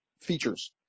features